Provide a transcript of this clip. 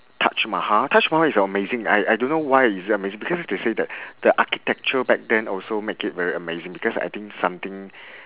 taj mahal taj mahal is amazing I I don't know why is it amazing because they say that the architecture back then also make it very amazing because I think something